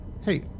hey